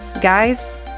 Guys